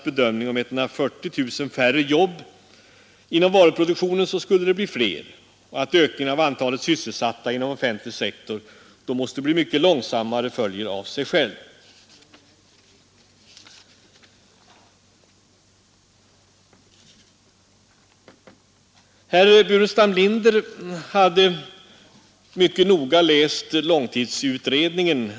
Det finns sålunda ingen finanspolitisk grund på vilken en borgerlig politik kan baseras. Är inte detta alldeles förödande mot bakgrund av att samma partier kräver att få regera tillsammans?